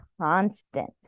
constant